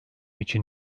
için